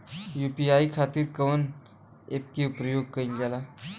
UPI खातीर कवन ऐपके प्रयोग कइलजाला?